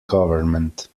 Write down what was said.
government